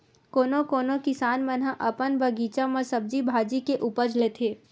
कोनो कोनो किसान मन ह अपन बगीचा म सब्जी भाजी के उपज लेथे